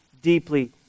deeply